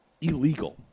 illegal